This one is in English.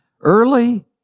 Early